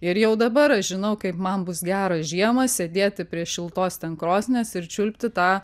ir jau dabar aš žinau kaip man bus gera žiemą sėdėti prie šiltos krosnies ir čiulpti tą